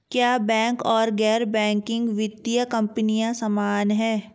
क्या बैंक और गैर बैंकिंग वित्तीय कंपनियां समान हैं?